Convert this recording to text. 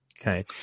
Okay